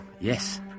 yes